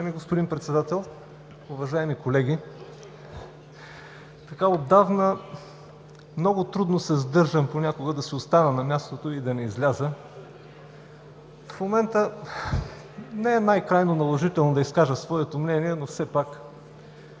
Уважаеми господин Председател, уважаеми колеги! Понякога много трудно се сдържам да си остана на мястото и да не изляза. В момента не е най-крайно наложително да изкажа своето мнение, но все пак.